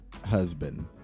husband